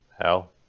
Hell